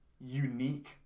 unique